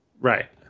Right